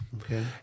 Okay